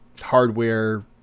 hardware